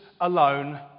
alone